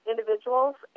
Individuals